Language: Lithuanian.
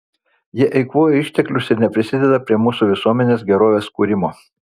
jie eikvoja išteklius ir neprisideda prie mūsų visuomenės gerovės kūrimo